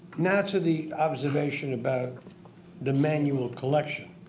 now to the observation about the manual collection,